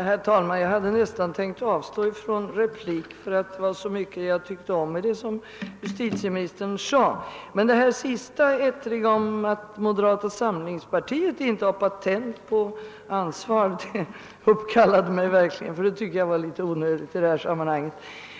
Herr talman! Jag hade nästan tänkt avstå från att begära replik därför att det var så mycket jag tyckte om i det som justitieministern sade. Men det sista ettriga om att moderata samlingspartiet inte hade patent på ansvar för de kristna uppkallade mig verkligen — det tyckte jag var litet onödigt i detta sammanhang.